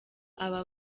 aba